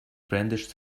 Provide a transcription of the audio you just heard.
brandished